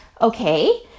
okay